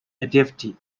activity